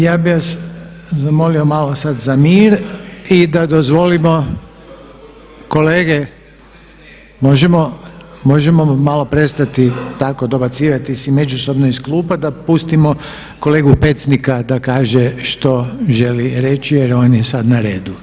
Ja bih vas zamolio sada malo za mir i da dozvolimo, kolege, možemo malo prestati tako dobacivati si međusobno iz klupa da pustimo kolegu Pecnika da kaže što želi reći jer on je sada na redu.